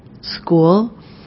school